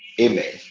Amen